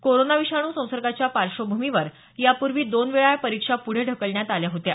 corona विषाणू संसर्गाच्या पार्श्वभूमीवर यापूर्वी दोन वेळा या परीक्षा पुढे ढकलण्यात आल्या होत्या